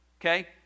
Okay